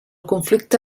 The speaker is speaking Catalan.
conflicte